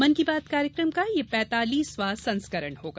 मन की बात कार्यक्रम का यह पैंतालीसवां संस्करण होगा